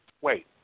Wait